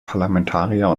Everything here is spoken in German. parlamentarier